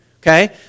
okay